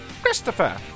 Christopher